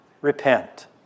repent